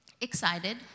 excited